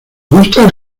gusta